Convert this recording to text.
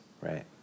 Right